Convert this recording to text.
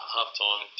Half-time